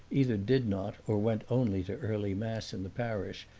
either did not or went only to early mass in the parish,